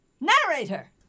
Narrator